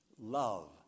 love